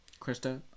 Krista